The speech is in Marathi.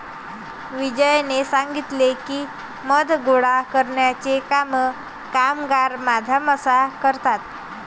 विजयने सांगितले की, मध गोळा करण्याचे काम कामगार मधमाश्या करतात